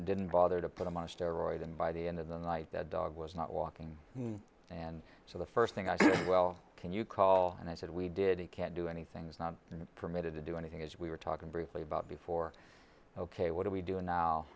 didn't bother to put him on a steroid and by the end of the night that dog was not walking and so the first thing i said well can you call and i said we did he can't do anything he's not permitted to do anything as we were talking briefly about before ok what do we do now